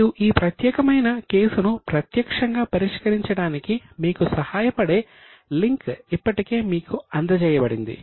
మీరు ఈ ప్రత్యేకమైన కేసును ప్రత్యక్షంగా పరిష్కరించడానికి మీకు సహాయపడే లింక్ ఇప్పటికే మీకు అందజేయబడింది